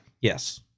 yes